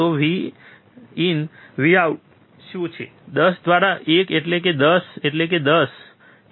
તો V in V out શું છે 10 દ્વારા 1 એટલે કે 10 એટલે કે 10